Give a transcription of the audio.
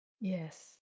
Yes